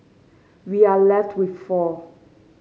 we are left with four